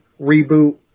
reboot